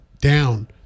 down